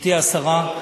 גברתי השרה,